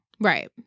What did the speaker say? Right